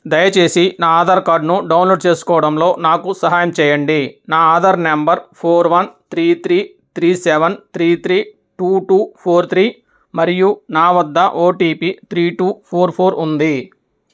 దయచేసి నా ఆధార్ కార్డ్ను డౌన్లోడ్ చేసుకోవడంలో నాకు సహాయం చేయండి నా Aadhaar number four one three three three seven three three two two four three మరియు నా వద్ద OTP three two four four ఉందీ